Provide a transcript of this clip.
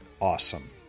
awesome